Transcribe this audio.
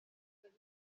فروخت